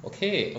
okay